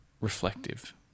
reflective